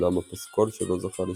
אולם הפסקול שלו זכה לשבחים,